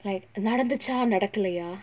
like நடந்துச்சா நடக்கலயா:nadanthuchaa nadakalaiyaa